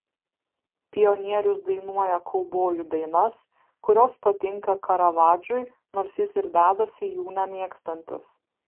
pionierius dainuoja kaubojų dainas kurios patinka karavadžui nors jis ir dedasi jų nemėgstantis